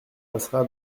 passera